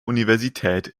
universität